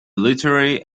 literary